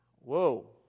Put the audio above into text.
Whoa